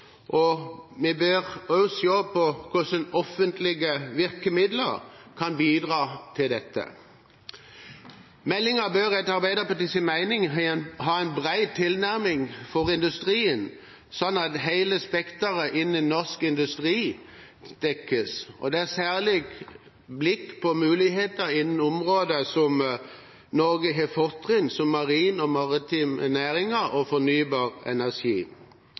og vi bør også se på hvordan offentlige virkemidler kan bidra til dette. Meldingen bør etter Arbeiderpartiets mening ha en bred tilnærming til industrien, slik at hele spekteret innen norsk industri dekkes, men med et særlig blikk på muligheter innen områder der Norge har fortrinn, som marine og maritime næringer og fornybar energi.